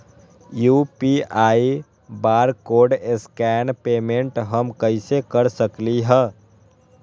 UPI barcode scan payment हम कईसे कर सकली ह?